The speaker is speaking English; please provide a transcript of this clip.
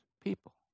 people